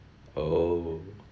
oh